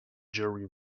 jury